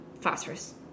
Phosphorus